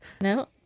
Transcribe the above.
No